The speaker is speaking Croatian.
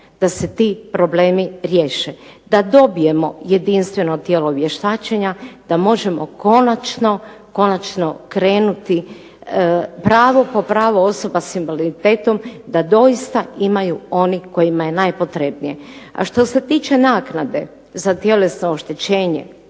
da se ti problemi riješe, da dobijemo jedinstveno tijelo vještačenja da možemo konačno krenuti pravo po pravo osoba sa invaliditetom da doista imaju oni kojima je najpotrebnije. A što se tiče naknade za tjelesno oštećenje